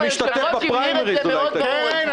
היושב-ראש הבהיר את זה מאוד ברור אתמול.